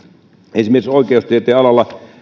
esimerkiksi oikeustieteen alalla